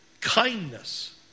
kindness